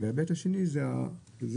וההיבט השני הוא הסביבתי